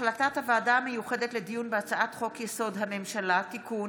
החלטת הוועדה המיוחדת לדיון בהצעת חוק-יסוד: הממשלה (תיקון,